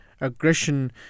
aggression